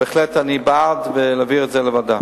אני בהחלט בעד להעביר את זה לוועדה.